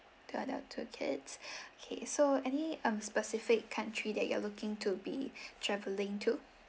two adult two kids okay so any um specific country that you are looking to be travelling to